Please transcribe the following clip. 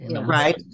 Right